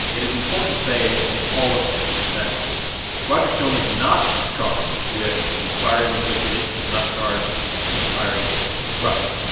it is important to say in all of this that roger stone is not charged with conspiring with wikileaks. he's not charged with conspiring with russia.